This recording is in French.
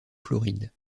floride